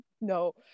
No